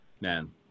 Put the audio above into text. man